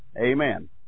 Amen